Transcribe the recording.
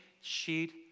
sheet